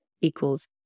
equals